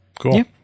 Cool